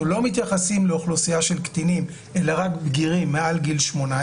אנחנו לא מתייחסים לאוכלוסייה של קטינים אלא רק בגירים מעל גיל 18,